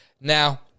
now